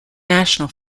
national